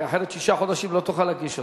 כי אחרת שישה חודשים לא תוכל להגיש אותה.